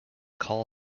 call